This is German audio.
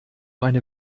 eine